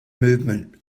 movement